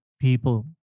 people